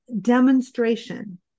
demonstration